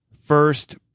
first